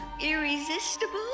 Irresistible